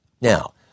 Now